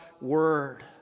Word